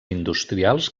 industrials